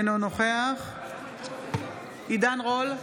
אינו נוכח עידן רול,